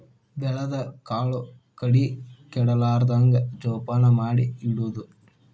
ಬೆಳದ ಕಾಳು ಕಡಿ ಕೆಡಲಾರ್ದಂಗ ಜೋಪಾನ ಮಾಡಿ ಇಡುದು